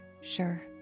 sure